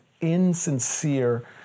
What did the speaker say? insincere